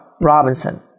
Robinson